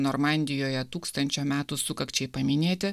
normandijoje tūkstančio metų sukakčiai paminėti